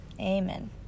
amen